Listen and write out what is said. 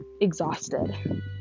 exhausted